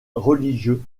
religieux